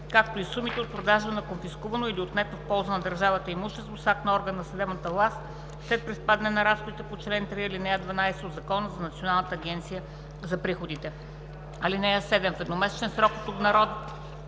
както и сумите от продажба на конфискувано или отнето в полза на държавата имущество с акт на орган на съдебната власт след приспадане на разходите по чл. 3, ал. 12 от Закона за Националната агенция за приходите. (7) В едномесечен срок от обнародването